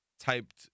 typed